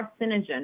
carcinogen